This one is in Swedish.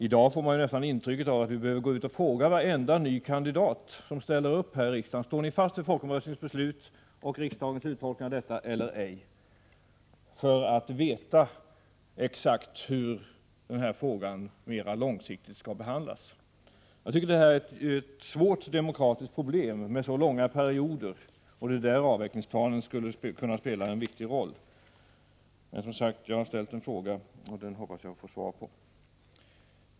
I dag får man nästan intryck av att vi skulle behöva gå ut och fråga varenda ny kandidat till riksdagen: Står du bakom folkomröstningens beslut och uttolkningen av detta eller ej, för att veta exakt hur den här frågan kommer att behandlas mera långsiktigt. Jag tycker det är ett svårt demokratiskt problem med så långa perioder, och det är där avvecklingsplanen skulle kunna spela en viktig roll. Men jag har som sagt ställt en fråga, och den hoppas jag få svar på.